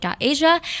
Asia